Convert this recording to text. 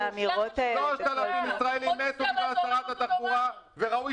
3,000 ישראלים מתו בגלל שרת התחבורה וראוי